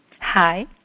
Hi